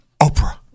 Oprah